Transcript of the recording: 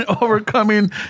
overcoming